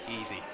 easy